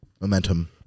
momentum